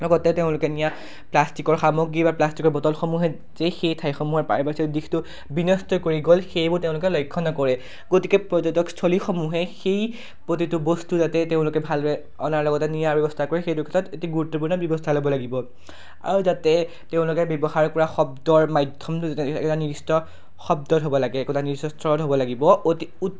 লগতে তেওঁলোকে নিয়া প্লাষ্টিকৰ সামগ্ৰী বা প্লাষ্টিকৰ বটলসমূহে যে সেই ঠাইসমূহৰ পাৰিপাৰ্শ্বিক দিশটো বিনষ্ট কৰি গ'ল সেইবোৰ তেওঁলোকে লক্ষ্য নকৰে গতিকে পৰ্যটকস্থলীসমূহে সেই প্ৰতিটো বস্তু যাতে তেওঁলোকে ভালদৰে অনাৰ লগতে নিয়াৰ ব্যৱস্থা কৰে সেইটো ক্ষেত্ৰত এটি গুৰুত্বপূৰ্ণ ব্যৱস্থা ল'ব লাগিব আৰু যাতে তেওঁলোকে ব্যৱহাৰ কৰা শব্দৰ মাধ্যমটো যাতে এটা নিৰ্দিষ্ট শব্দ হ'ব লাগে একো নিৰ্দিষ্ট স্তৰত হ'ব লাগিব অতি উৎ